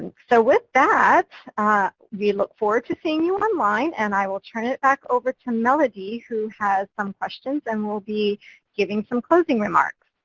so with that we look forward to seeing you online and i will turn it back over to melody who has some questions and we'll be giving some closing remarks.